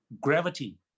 gravity